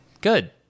good